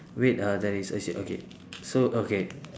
wait uh there is actually okay so okay